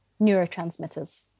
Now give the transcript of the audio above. neurotransmitters